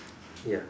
ya